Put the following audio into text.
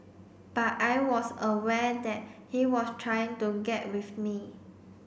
but I was aware that he was trying to get with me